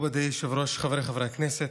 מכובדי היושב-ראש, חבריי חברי הכנסת,